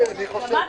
הישיבה